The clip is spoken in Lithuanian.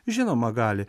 žinoma gali